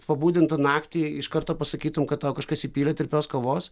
pabudinta naktį iš karto pasakytum kad tau kažkas įpylė tirpios kavos